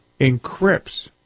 encrypts